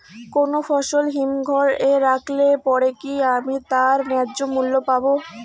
কোনো ফসল হিমঘর এ রাখলে পরে কি আমি তার ন্যায্য মূল্য পাব?